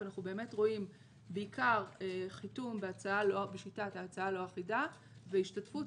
ואנחנו באמת רואים בעיקר חיתום בשיטת ההצעה הלא אחידה והשתתפות